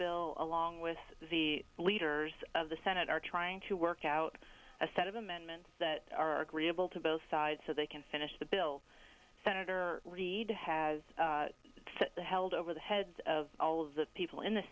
bill along with the leaders of the senate are trying to work out a set of amendments that are agreeable to both sides so they can finish the bill senator reid has held over the heads of all of the people in the